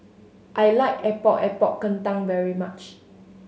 I like Epok Epok Kentang very much